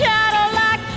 Cadillac